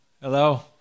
Hello